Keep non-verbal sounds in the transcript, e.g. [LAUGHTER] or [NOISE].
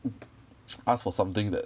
mm [NOISE] ask for something that